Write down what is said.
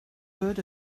heard